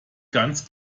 ganz